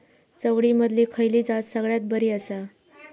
चवळीमधली खयली जात सगळ्यात बरी आसा?